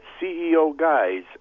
ceoguys